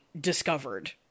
discovered